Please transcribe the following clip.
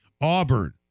Auburn